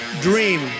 dream